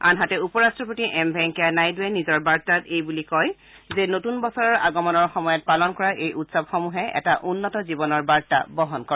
আনহাতে উপ ৰাট্টপতি এম ভেংকায়া নাইডুৱে নিজৰ বাৰ্তাত এই বুলি কয় যে নতুন বছৰৰ আগমনৰ সময়ত পালন কৰা এই উৎসৱসমূহে এটা উন্নত জীৱনৰ বাৰ্তা বহন কৰে